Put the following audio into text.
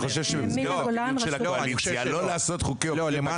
אני חושב שבמסגרת --- של הקואליציה --- אני לא חושב שבג"ץ